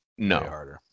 No